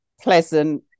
pleasant